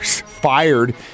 fired